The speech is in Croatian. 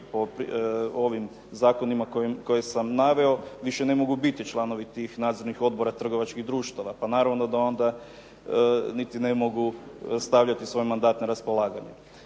po ovim zakonima koje sam naveo više ne mogu biti članovi tih nadzornih odbora trgovačkih društava, pa naravno da onda niti ne mogu stavljati svoj mandat na raspolaganje.